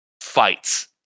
fights